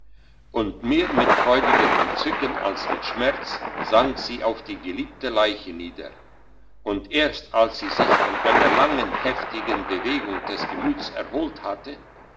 und mehr mit freudigem entzücken als mit schmerz sank sie auf die geliebte leiche nieder und erst als sie sich von einer langen heftigen bewegung des gemüts erholt hatte